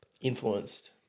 influenced